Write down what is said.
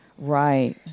Right